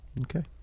okay